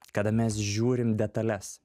kada mes žiūrim detales